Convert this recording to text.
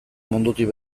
mundutik